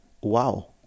wow